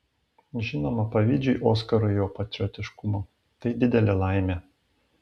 žinoma pavydžiu oskarui jo patriotiškumo tai didelė laimė